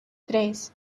tres